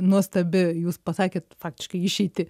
nuostabi jūs pasakėt faktiškai išeitį